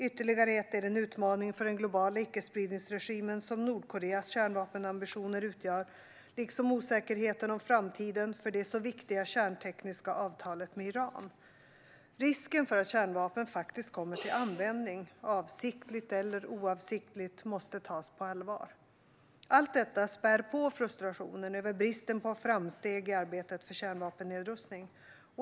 Ytterligare ett är den utmaning för den globala icke-spridningsregimen som Nordkoreas kärnvapenambitioner utgör, liksom osäkerheten om framtiden för det så viktiga kärntekniska avtalet med Iran. Risken för att kärnvapen faktiskt kommer till användning - avsiktligt eller oavsiktligt - måste tas på allvar. Allt detta spär på frustrationen över bristen på framsteg i arbetet för kärnvapennedrustning.